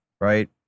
Right